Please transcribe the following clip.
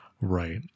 right